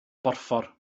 borffor